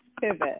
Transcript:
pivot